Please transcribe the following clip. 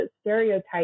stereotypes